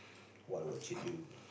what would you do